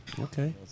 Okay